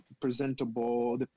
presentable